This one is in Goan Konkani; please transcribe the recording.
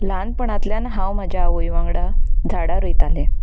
ल्हानपणांतल्यान हांव म्हज्या आवय वांगडा झाडां रोयतालें